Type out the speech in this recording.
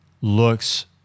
looks